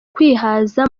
kwihaza